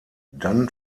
dann